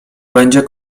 będzie